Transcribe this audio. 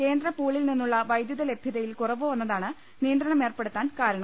കേന്ദ്ര പൂളിൽ നിന്നുള്ള വൈദ്യുതലഭൃതയിൽ കുറവു വന്നതാണ് നിയ ന്ത്രണ മേർപ്പെടുത്താൻ കാരണം